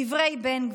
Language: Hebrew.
דברי בן גביר: